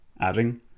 adding